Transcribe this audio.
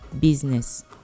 business